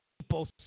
people